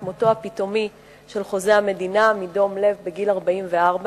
דבר מותו הפתאומי של חוזה המדינה מדום לב בגיל 44,